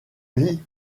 gris